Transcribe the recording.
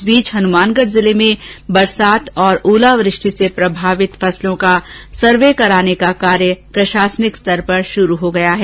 इस बीच हनुमानगढ़ जिले में बरसात और ओलावृष्टि से प्रभावित फसलों का सर्वे करवाने का कार्य प्रशासन स्तर पर शुरू कर दिया गया है